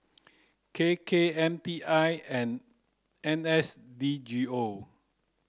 K K M T I and N S D G O